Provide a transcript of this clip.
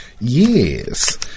Yes